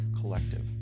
Collective